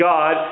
God